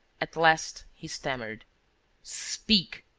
at last he stammered speak!